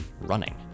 running